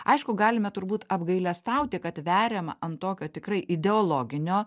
aišku galime turbūt apgailestauti kad veriama ant tokio tikrai ideologinio